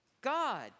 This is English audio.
God